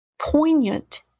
poignant